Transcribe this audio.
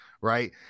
right